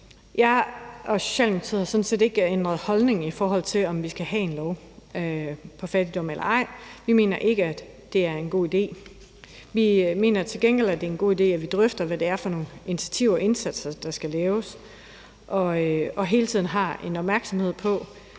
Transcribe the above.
set ikke ændret holdning, i forhold til om vi skal have en lov om fattigdom. Vi mener ikke, at det er en god idé. Vi mener til gengæld, at det er en god idé, at vi drøfter, hvad det er for nogle initiativer og indsatser, der skal laves, og at vi hele tiden har en opmærksomhed på,